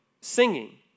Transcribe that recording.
singing